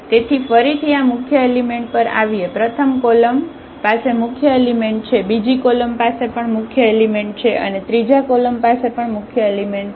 તેથી ફરીથી આ મુખ્ય એલિમેન્ટ પર આવીએ પ્રથમ કોલમ પાસે મુખ્ય એલિમેન્ટ છે બીજી કોલમ પાસે પણ મુખ્ય એલિમેન્ટ છે અને ત્રીજા કોલમ પાસે પણ મુખ્ય એલિમેન્ટ છે